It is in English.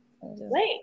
Wait